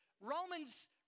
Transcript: Romans